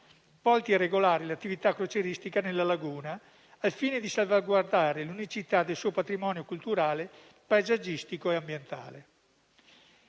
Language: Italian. volti a regolare l'attività crocieristica nella laguna al fine di salvaguardare l'unicità del suo patrimonio culturale, paesaggistico e ambientale.